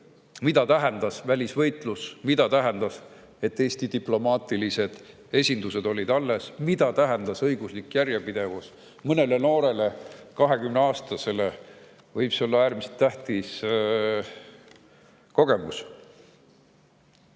mida tähendas välisvõitlus, mida tähendas see, et Eesti diplomaatilised esindused olid alles, mida tähendas õiguslik järjepidevus. Mõnele noorele, 20‑aastasele, võib see olla äärmiselt tähtis kogemus.